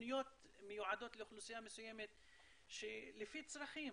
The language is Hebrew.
התוכניות מיועדות לאוכלוסייה מסוימת לפי צרכים.